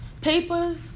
papers